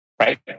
right